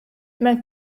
men